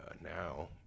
now